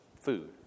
food